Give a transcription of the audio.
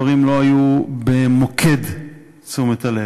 במוקד תשומת הלב.